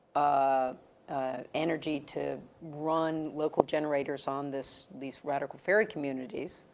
ah energy to run local generators, on this, these radical ferry communities.